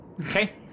Okay